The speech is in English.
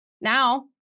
Now